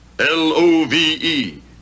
L-O-V-E